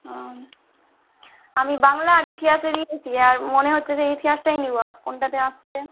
ও আমি বাংলা আর ইতিহাসে দিয়েছি আর মনে হচ্ছে যে ইতিহাসটাই নিবো কোনটাতে আসবে